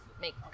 make